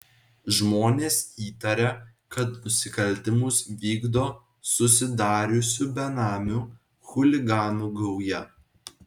žmonės įtaria kad nusikaltimus vykdo susidariusi benamių chuliganų gauja